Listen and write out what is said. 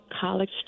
college